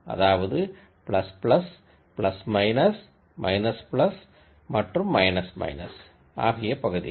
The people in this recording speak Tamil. அதாவது மற்றும் ஆகிய பகுதிகள்